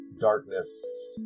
Darkness